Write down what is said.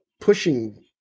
pushing